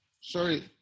Sorry